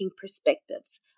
Perspectives